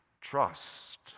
Trust